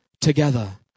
together